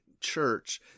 church